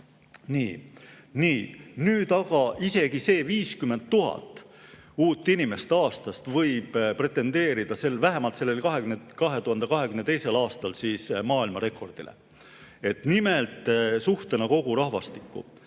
tulijad. Aga isegi see 50 000 uut inimest aastast võib pretendeerida vähemalt 2022. aastal maailmarekordile – nimelt suhtena kogu rahvastikku.